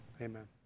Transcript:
amen